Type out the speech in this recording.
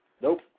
Nope